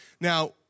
Now